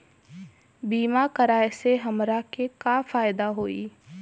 बीमा कराए से हमरा के का फायदा होई?